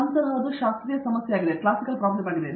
ಅದು ಶಾಸ್ತ್ರೀಯ ಸಮಸ್ಯೆ ಪರಿಹಾರವಾಗಿದೆ